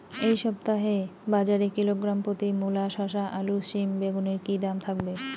এই সপ্তাহে বাজারে কিলোগ্রাম প্রতি মূলা শসা আলু সিম বেগুনের কী দাম থাকবে?